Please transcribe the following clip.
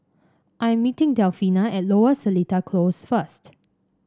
I am meeting Delfina at Lower Seletar Close first